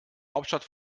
hauptstadt